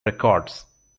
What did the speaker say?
records